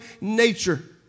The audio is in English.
nature